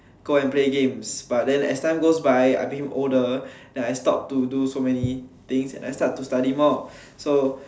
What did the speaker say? go and play games but as time goes by I became older and I stopped to do so many things and I start to study more so